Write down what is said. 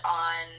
on